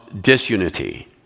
disunity